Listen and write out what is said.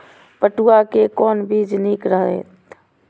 पटुआ के कोन बीज निक रहैत?